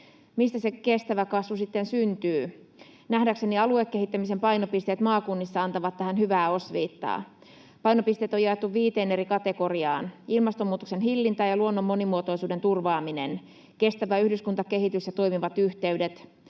Mistä se kestävä kasvu sitten syntyy? Nähdäkseni aluekehittämisen painopisteet maakunnissa antavat tähän hyvää osviittaa. Painopisteet on jaettu viiteen eri kategoriaan: ilmastonmuutoksen hillintä ja luonnon monimuotoisuuden turvaaminen, kestävä yhdyskuntakehitys ja toimivat yhteydet,